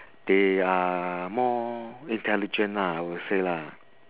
they are more intelligent lah I would say lah